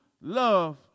love